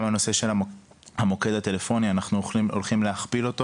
גם הנושא של המוקד הטלפוני אנחנו הולכים להכפיל אותו